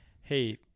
hey